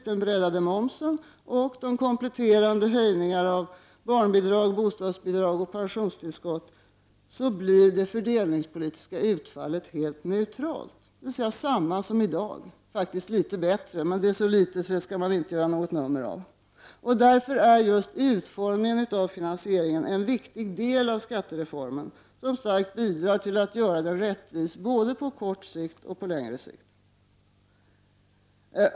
den breddade momsen och de kompletterande höjningarna av barnbidrag, bostadsbidrag, pensionstillskott m.m. läggs till blir det fördelningspolitiska utfallet helt neutralt, dvs. detsamma som i dag; faktiskt t.o.m. litet bättre men det är så litet att man inte bör göra något nummer av det. Därför är just utformningen av finansieringen en viktig del av skattereformen, som starkt bidrar till att göra den rättvis, både på kort och på lång sikt.